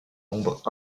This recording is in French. nombre